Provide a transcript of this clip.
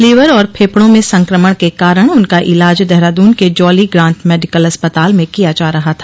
liver और फेफड़ों में संक्रमण के कारण उनका ईलाज देहराद्न के जॉली ग्रांट मेडिकल अस्पताल में किया जा रहा था